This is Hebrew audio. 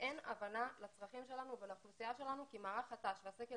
ואין הבנה לצרכים שלנו ולאוכלוסייה שלנו כי מערך הת"ש והסגל